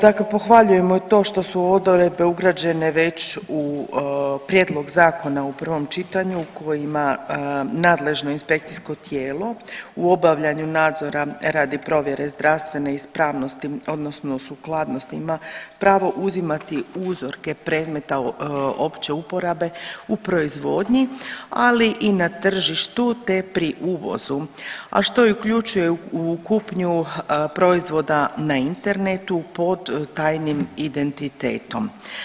Dakle, pohvaljujemo i to što su odredbe ugrađene već u prijedlog zakona u prvom čitanju ko ima nadležno inspekcijsko tijelo u obavljanju nadzora radi provjere zdravstvene ispravnosti odnosno sukladnostima, pravo uzimati uzorke predmeta opće uporabe u proizvodnji, ali i na tržištu te pri uvozu, a što uključuje i kupnju proizvoda na internetu pod tajnim identitetom.